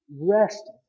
rest